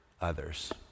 others